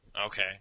Okay